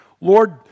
Lord